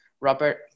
Robert